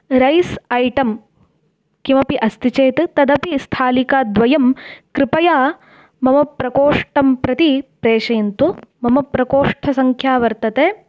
rice item किमपि अस्ति चेत् तदपि स्थालिकाद्वयं कृपया मम प्रकोष्ठं प्रति प्रेषयन्तु मम प्रकोष्ठसङ्ख्या वर्तते